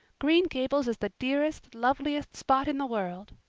green gables is the dearest, loveliest spot in the world.